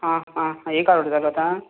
आ आ एक आठवडो जालो आतां